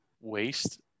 waste